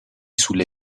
sulle